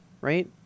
right